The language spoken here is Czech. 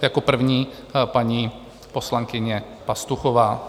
Jako první paní poslankyně Pastuchová.